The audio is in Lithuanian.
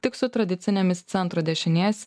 tik su tradicinėmis centro dešinės